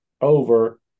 over